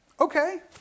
Okay